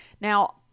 Now